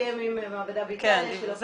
ההסכם עם המעבדה באיטליה --- כן,